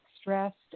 stressed